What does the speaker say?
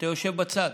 אתה יושב בצד,